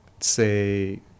say